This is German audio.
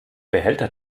behälter